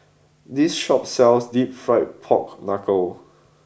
this shop sells deep fried pork Knuckle